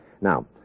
Now